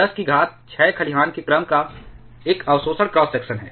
10 की घात 6 खलिहान के क्रम का एक अवशोषण क्रॉस सेक्शन है